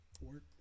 Work